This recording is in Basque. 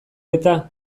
eta